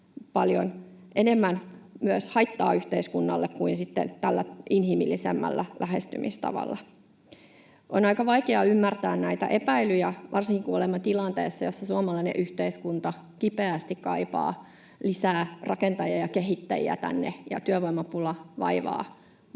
paljon enemmän myös haittaa yhteiskunnalle kuin tällä inhimillisemmällä lähestymistavalla. On aika vaikea ymmärtää näitä epäilyjä varsinkin, kun olemme tilanteessa, jossa suomalainen yhteiskunta kipeästi kaipaa lisää rakentajia ja kehittäjiä tänne ja työvoimapula vaivaa